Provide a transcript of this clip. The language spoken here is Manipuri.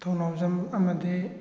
ꯊꯧꯅꯥꯎꯖꯝ ꯑꯃꯗꯤ